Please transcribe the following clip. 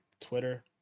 Twitter